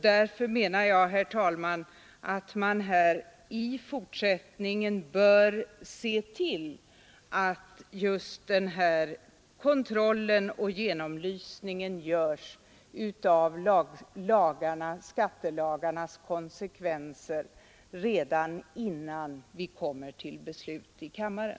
Därför menar jag, herr talman, att man i fortsättningen bör se till att kontrollen och genomlysningen av skattelagarnas konsekvenser görs redan innan vi kommer till beslut i kammaren.